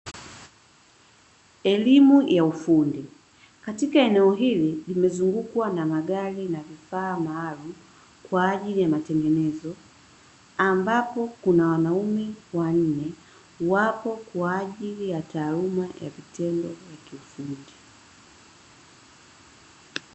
Elimu ya ufundi katika eneo hili limezungukwa na magari na vifaa maalumu kwa ajili ya matengenezo ambapo kuna wanaume wanne wapo kwa ajili ya taaluma ya vitendo vya kiufundi.